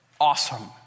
awesome